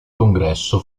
congresso